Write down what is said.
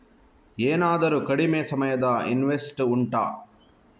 ಏನಾದರೂ ಕಡಿಮೆ ಸಮಯದ ಇನ್ವೆಸ್ಟ್ ಉಂಟಾ